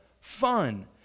fun